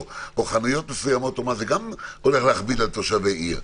חנויות מסוימות גם הולך להכביד על תושבי עיר,